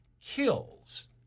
kills